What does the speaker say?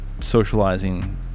socializing